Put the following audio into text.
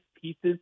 pieces